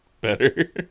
better